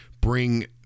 bring